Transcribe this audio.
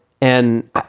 and-